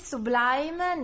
Sublime